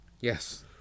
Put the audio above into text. Yes